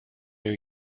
new